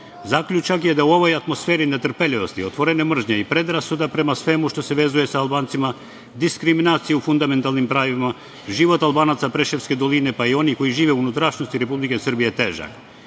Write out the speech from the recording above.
diskursom. Zaključak je da u ovoj atmosferi netrpeljivosti, otvorene mržnje i predrasuda prema svemu što se vezuje sa Albancima, diskriminaciju u fundamentalnim pravima, život Albanaca preševske doline, pa i onih koji žive u unutrašnjosti Republike Srbije, težak.